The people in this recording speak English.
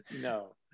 No